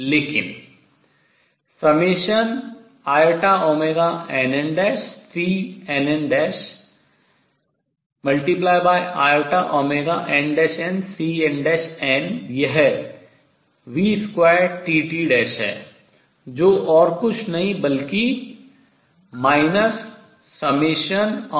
लेकिन ∑innCnninnCnn यह vtt2 है जो और कुछ नहीं बल्कि ∑nnnn